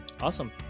Awesome